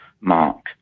mark